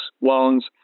loans